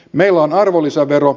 meillä on arvonlisävero